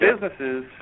businesses